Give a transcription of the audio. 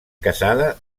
casada